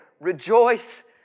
Rejoice